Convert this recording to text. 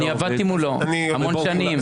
אני עבדתי מולו המון שנים.